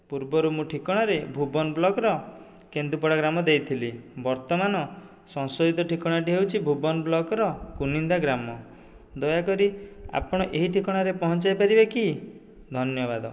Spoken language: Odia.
ପୂର୍ବରୁ ମୁଁ ଠିକଣାରେ ଭୁବନ ବ୍ଲକ୍ର କେନ୍ଦୁପଡ଼ା ଗ୍ରାମ ଦେଇଥିଲି ବର୍ତ୍ତମାନ ସଂଶୋଧିତ ଠିକଣାଟା ହେଉଛି ଭୁବନ ବ୍ଲକ୍ର କୁନିନ୍ଦା ଗ୍ରାମ ଦୟାକରି ଆପଣ ଏହି ଠିକଣାରେ ପହଞ୍ଚାଇ ପାରିବେ କି ଧନ୍ୟବାଦ